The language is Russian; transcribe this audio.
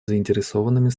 заинтересованными